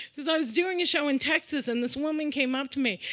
because i was doing a show in texas, and this woman came up to me.